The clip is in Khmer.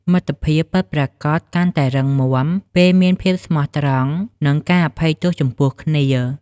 មិត្តភាពពិតប្រាកដកាន់តែរឹងមាំ ពេលមានភាពស្មោះត្រង់ និងការអភ័យទោសចំពោះគ្នា។